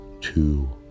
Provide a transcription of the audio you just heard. two